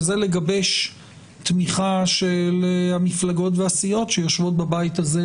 וזה לגבש תמיכה של המפלגות והסיעות שיושבות בבית הזה,